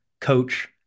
coach